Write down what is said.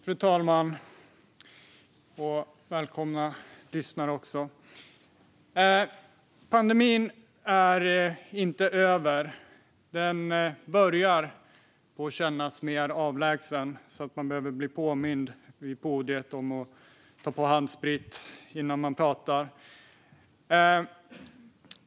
Fru talman! Jag vill säga välkommen till dem som lyssnar. Pandemin är inte över men börjar kännas mer avlägsen, så man behöver bli påmind här vid podiet om att ta handsprit innan man pratar.